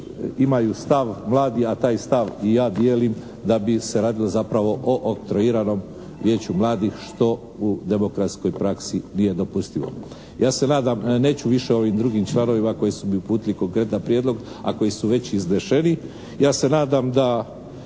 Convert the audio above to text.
imaju stav mladih, a taj stav i ja dijelim da bi se radilo zapravo o oktroiranom vijeću mladih što u demokratskoj praksi nije dopustivo. Ja se nadam, neću više o ovim drugim članovima koji su mi uputili konkretan prijedlog a koji su već izneseni. Ja se nadam da